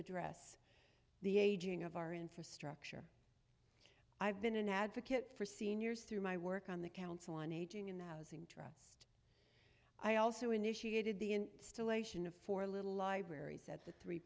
address the aging of our infrastructure i've been an advocate for seniors through my work on the council on aging in that i also initiated the still ation of four little libraries at the three